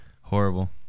Horrible